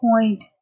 point